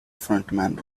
frontman